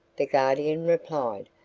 the guardian replied.